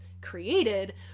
created